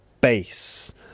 base